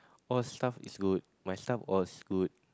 all stuff is good my stuff's all good